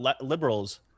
liberals